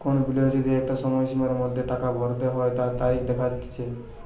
কোন বিলের যদি একটা সময়সীমার মধ্যে টাকা ভরতে হই তার তারিখ দেখাটিচ্ছে